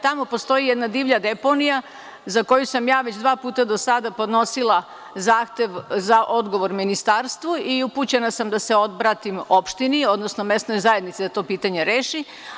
Tamo postoji jedna divlja deponija za koju sam ja već dva puta do sada podnosila zahtev za odgovor Ministarstvu i upućena sam da se obratim opštini, odnosno mesnoj zajednici da to pitanje reši.